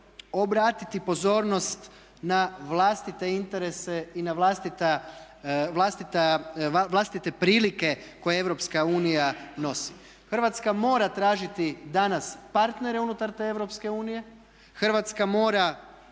obratiti pozornost na vlastite interese i na vlastite prihode koje Europska unija nosi. Hrvatska mora tražiti danas partnere unutar te Europske unije, Hrvatska mora